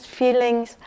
feelings